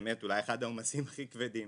באמת אולי אחד העומסים הכי כבדים